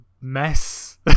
mess